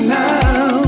now